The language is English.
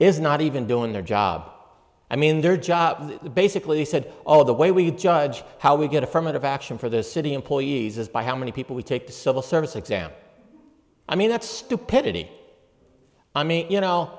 is not even doing their job i mean their job basically said all the way we judge how we get affirmative action for the city employees as by how many people we take the civil service exam i mean that's stupidity i mean you know